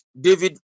David